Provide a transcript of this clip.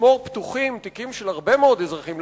לשמור פתוחים תיקים של הרבה מאוד אזרחים.